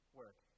work